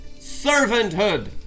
Servanthood